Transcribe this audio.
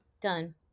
Done